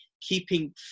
keeping